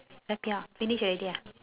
wrap it up finish already ah